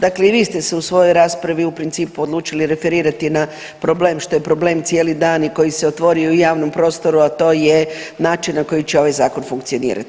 Dakle, i vi ste se u svojoj raspravi u principu odlučili referirati na problem što je problem cijeli dan i koji se otvorio i u javnom prostoru, a to je način na koji će ovaj zakon funkcionirati.